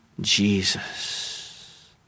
Jesus